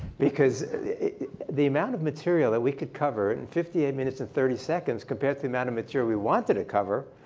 because the the amount of material that we could cover in fifty eight minutes and thirty seconds compared to the amount of material we wanted it cover